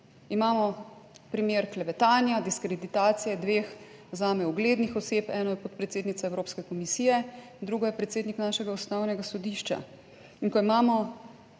Imamo primer klevetanja, diskreditacije dveh zame uglednih oseb, eno je podpredsednica Evropske komisije, drugo je predsednik našega Ustavnega sodišča. In ko imamo